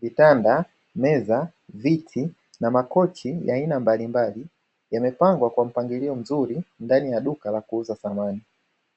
Kitanda, meza, viti na makochi ya aina mbalimbali yamepengwa kwa mpangilio mzuri ndani ya duka la kuuza samani,